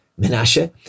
Menashe